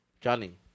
Johnny